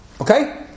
Okay